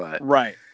Right